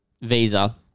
visa